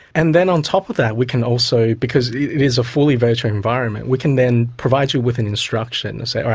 and then on top of that we can also, because it is a fully virtual environment, we can then provide you with and instructions, say, all right,